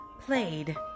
played